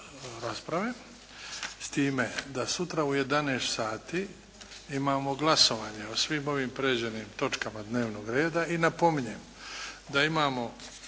rasprave, s time da sutra u 11 sati imamo glasovanje o svim ovim prijeđenim točkama dnevnog reda. I napominjem da imamo